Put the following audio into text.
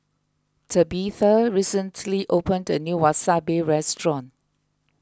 Tabitha recently opened a new Wasabi restaurant